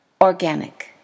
Organic